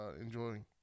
enjoying